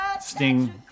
Sting